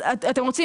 אתם רוצים?